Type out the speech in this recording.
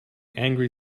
angry